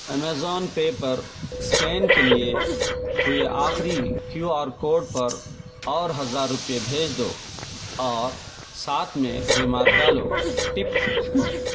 Amazon pay پر scan کے لیے ہوئے آخری کیو آر کوڈ پر اور ہزار روپئے بھیج دو اور ساتھ میں ریمارک ڈالو ٹپ